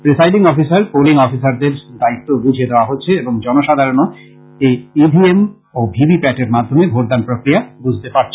presiding officer polling অফিসারদের দায়িত্বও বুঝিয়ে দেওয়া হচ্ছে এবং জনসাধারনও ই ভি এম ও ভি ভি প্যাটের মাধ্যমে ভোটদান প্রক্রিয়া বুঝতে পারছেন